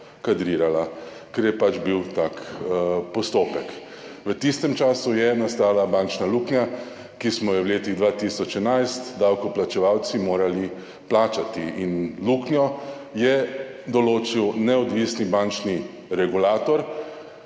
kadrirala, ker je pač bil tak postopek. V tistem času je nastala bančna luknja, ki smo jo v letih 2011 davkoplačevalci morali plačati. In luknjo je določil neodvisni bančni regulator,